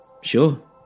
Sure